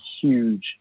huge